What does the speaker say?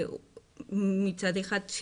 מצד אחד,